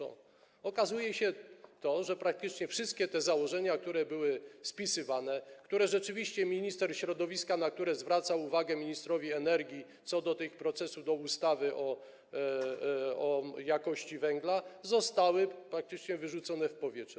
Okazuje się, że praktycznie wszystkie te założenia, które były spisywane, na które rzeczywiście minister środowiska zwracał uwagę ministrowi energii, co do tych procesów, co do ustawy o jakości węgla, zostały praktycznie wyrzucone w powietrze.